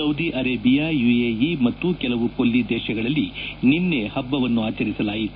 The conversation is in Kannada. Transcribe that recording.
ಸೌದಿ ಅರೇಬಿಯಾ ಯುಎಇ ಮತ್ತು ಕೆಲವು ಕೊಲ್ಲಿ ದೇಶಗಳಲ್ಲಿ ನಿನ್ನೆ ಹಬ್ಬ ಆಚರಿಸಲಾಗಿದೆ